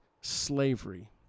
slavery